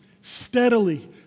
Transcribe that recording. steadily